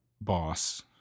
boss